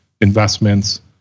investments